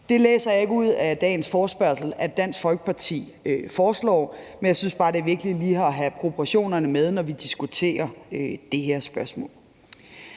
Det læser jeg ikke ud af dagens forespørgsel at Dansk Folkeparti foreslår, men jeg synes bare, det er vigtigt lige at have proportionerne med, når vi diskuterer det her spørgsmål.